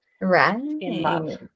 Right